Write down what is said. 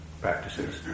practices